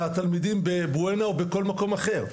מהתלמידים בבועיינה או בכל מקום אחר,